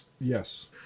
Yes